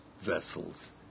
vessels